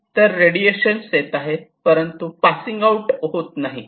तर रेडिएशन येत आहेत परंतु पासिंग आऊट होत नाही